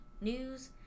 news